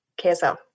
KSL